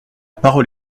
parole